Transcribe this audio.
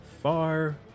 far